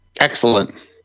Excellent